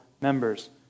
members